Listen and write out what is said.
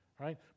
Right